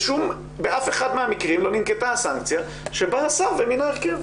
באף אחד מהמקרים לא ננקטה הסנקציה שבא השר ומינה הרכב.